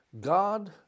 God